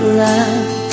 love